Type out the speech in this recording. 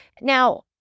Now